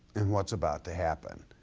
and what's about to happen.